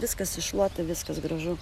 viskas iššluota viskas gražu